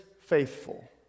faithful